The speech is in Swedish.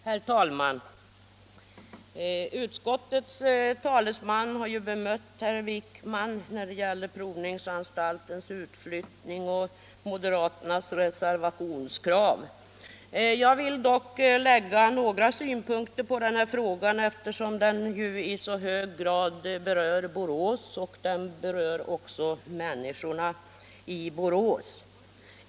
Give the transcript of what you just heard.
Herr talman! Utskottets talesman har ju bemött herr Wijkman när det gäller provningsanstaltens utflyttning och moderaternas reservationskrav. Jag vill dock lägga några synpunkter på den här frågan, eftersom den i så hög grad berör Borås och människorna där.